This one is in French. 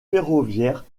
ferroviaire